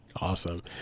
Awesome